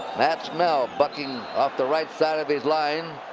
matt snell bucking off the right side of his line.